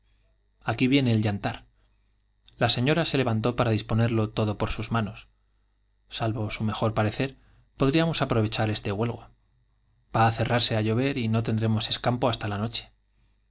un viene el yantar la señora se levantó para aquí disponerlo todo por sus manos salvo su mejor pare este huelgo va á cerrarse cer podríaos aprovechar á llover y no tendremos escampo hasta la noche